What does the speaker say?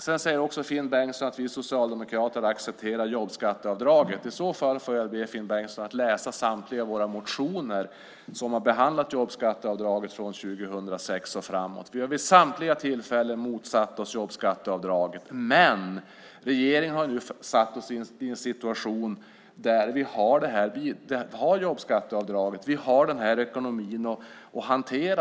Sedan säger Finn Bengtsson att vi socialdemokrater har accepterat jobbskatteavdraget. I så fall får jag be Finn Bengtsson att läsa samtliga våra motioner som har behandlat jobbskatteavdraget från 2006 och framåt. Vi har vid samtliga tillfällen motsatt oss jobbskatteavdraget. Men regeringen har nu satt oss i en situation där vi har jobbskatteavdraget. Vi har den här ekonomin att hantera.